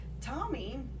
Tommy